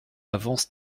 avance